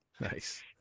nice